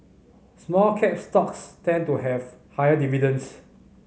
small cap stocks tend to have higher dividends